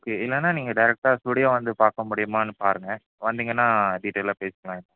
okay இல்லனா நீங்கள் டேரெக்ட்டாக ஸ்டூடியோ வந்து பார்க்க முடியுமானனு பாருங்கள் வந்தீங்கன்னால் டீட்டெயலாக பேசிக்கலாம்